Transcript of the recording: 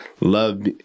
Love